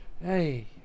hey